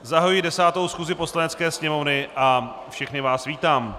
Zahajuji 10. schůzi Poslanecké sněmovny a všechny vás vítám.